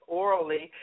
orally